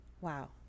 Wow